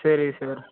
சரி சார்